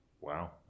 Wow